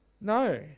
No